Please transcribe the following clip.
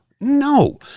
no